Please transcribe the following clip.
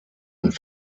und